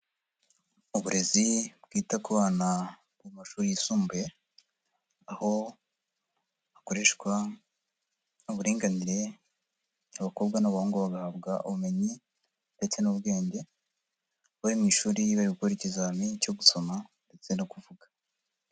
Uburezi bwita ku bana mu mashuri yisumbuye, aho hakoreshwa uburinganire abakobwa n'abahungu bahabwa ubumenyi ndetse n'ubwenge, bari mu ishuri bari gukora ikizamini cyo gusoma ndetse no kuvuga.